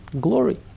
glory